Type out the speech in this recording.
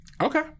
Okay